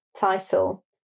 title